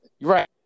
Right